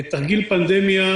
תרגיל פנדמיה